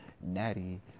Natty